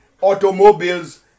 automobiles